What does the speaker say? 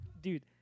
Dude